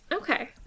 Okay